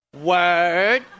Word